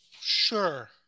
Sure